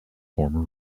former